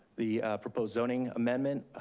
the proposed zoning amendment,